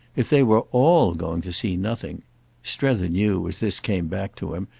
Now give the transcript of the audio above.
if they were all going to see nothing strether knew, as this came back to him,